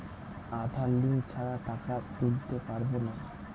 আধার link ছাড়া টাকা তুলতে পারব না?